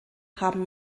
haben